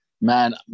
Man